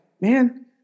man